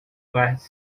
ghats